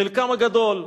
חלקם הגדול,